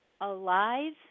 alive